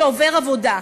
שעובר עבודה.